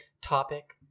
Topic